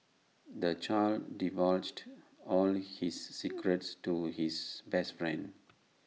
the child divulged all his secrets to his best friend